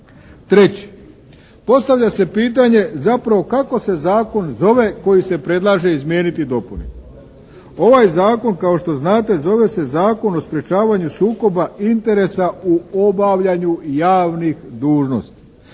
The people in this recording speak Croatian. Treće, postavlja se pitanje zapravo kako se zakon zove koji se predlaže izmijeniti dopuni? Ovaj Zakon kao što znate zove se Zakon o sprečavanju sukoba interesa u obavljanju javnih dužnosti